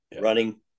running